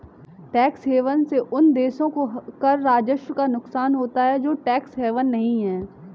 tax haven से उन देशों को कर राजस्व का नुकसान होता है जो टैक्स हेवन नहीं हैं